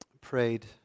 prayed